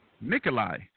Nikolai